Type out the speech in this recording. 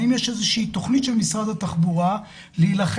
האם יש תוכנית של משרד התחבורה להילחם